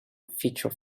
feature